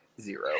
Zero